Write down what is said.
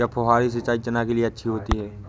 क्या फुहारी सिंचाई चना के लिए अच्छी होती है?